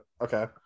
okay